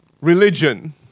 Religion